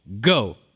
Go